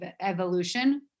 evolution